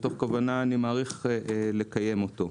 מתוך כוונה אני מעריך לקיים אותו.